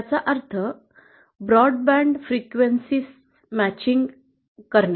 याचा अर्थ विविध प्रकारच्या फ्रिक्वेन्सीशी जुळवून घेणे